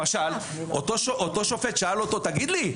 למשל אותו שופט שאל אותו: תגיד לי,